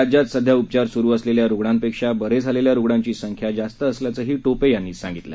राज्यात सध्या उपचार सुरू असलेल्या रुग्णांपेक्षा बरे झालेल्या रुणांची संख्या जास्त असल्याचंही टोपे यांनी सांगितलं